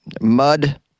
mud